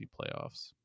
playoffs